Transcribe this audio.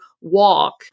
walk